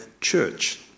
church